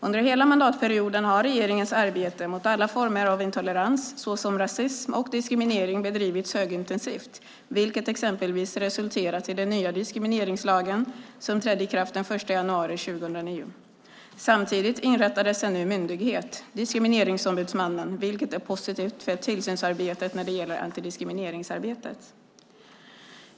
Under hela mandatperioden har regeringens arbete mot alla former av intolerans såsom rasism och diskriminering bedrivits högintensivt, vilket exempelvis har resulterat i den nya diskrimineringslag som trädde i kraft den 1 januari 2009. Samtidigt inrättades en ny myndighet, Diskrimineringsombudsmannen, vilket är positivt för tillsynsarbetet när det gäller antidiskrimineringsarbetet.